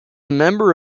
member